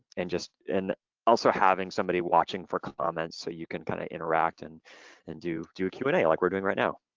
and and also having somebody watching for comments so you can kind of interact and and do do a q and a like we're doing right now.